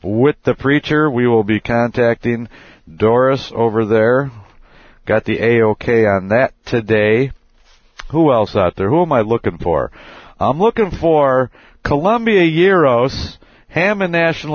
with the preacher we will be contacting doris over there got the a ok on that today who else out there who am i looking for i'm looking for columbia year zero s hammond national